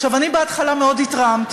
עכשיו, אני בהתחלה מאוד התרעמתי